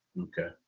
Okay